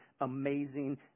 Amazing